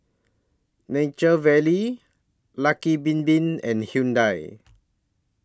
Nature Valley Lucky Bin Bin and Hyundai